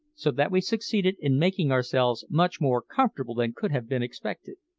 so that we succeeded in making ourselves much more comfortable than could have been expected.